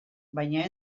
baina